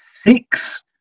six